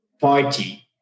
party